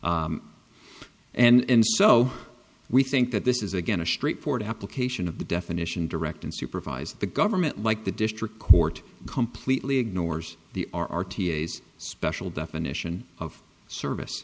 and so we think that this is again a straight forward application of the definition direct and supervise the government like the district court completely ignores the r t a's special definition of service